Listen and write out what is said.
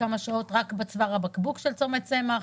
כמה שעות רק בצוואר הבקבוק של צומת צמח.